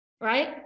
right